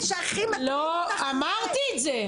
ואת בעצמך אמרת שהדבר שהכי הכי מטריד אותך --- לא אמרתי את זה!